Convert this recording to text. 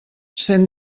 cent